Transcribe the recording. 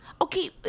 Okay